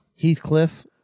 heathcliff